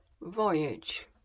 Voyage